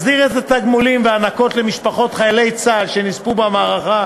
מסדיר את התגמולים וההענקות למשפחות חיילי צה"ל שנספו במערכה.